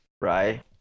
Right